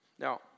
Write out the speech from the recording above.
Now